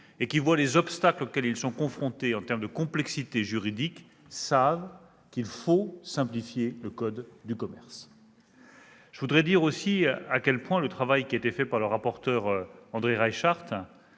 et qui voient les obstacles auxquels ils sont confrontés en termes de complexité juridique savent qu'il faut simplifier le code de commerce. Je tiens à saluer le travail accompli par le rapporteur, André Reichardt